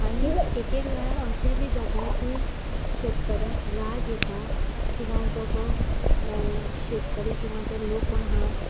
आनी एकएक वेळार अशें बी जाता की शेतकाऱ्यांक राग येता किंवां जो तो शेतकरी किंवां ते लोक कोण आहा